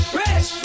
rich